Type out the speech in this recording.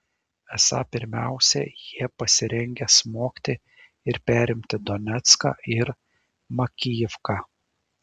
esą pirmiausia jie pasirengę smogti ir perimti donecką ir makijivką